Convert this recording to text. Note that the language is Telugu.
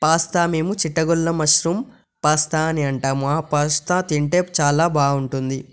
పాస్తా మేము చిట్టగర్ల మష్రూమ్ పాస్తా అని అంటాం ఆ పాస్తా తింటే చాలా బాగుంటుంది